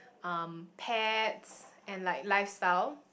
um pets and like lifestyle